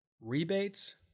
Rebates